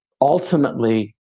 ultimately